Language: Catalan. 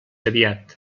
aviat